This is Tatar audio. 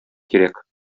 кирәк